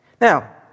Now